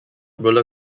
roller